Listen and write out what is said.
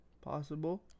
Possible